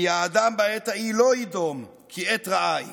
כי האדם בעת ההיא לא יידום, כי עת רעה היא.